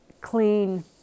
clean